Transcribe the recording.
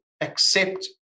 accept